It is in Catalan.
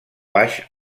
baix